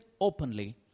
openly